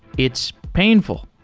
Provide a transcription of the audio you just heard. it's painful.